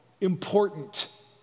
important